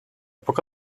poca